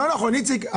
לא נכון, איציק.